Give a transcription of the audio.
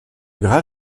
graves